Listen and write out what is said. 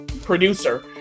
producer